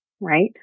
right